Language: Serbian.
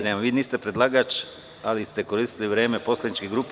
Nemate, vi niste predlagač, ali ste koristili vreme poslaničke grupe.